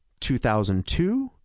2002